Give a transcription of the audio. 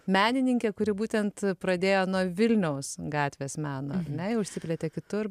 menininkė kuri būtent pradėjo nuo vilniaus gatvės meno ar ne jau išsiplėtė kitur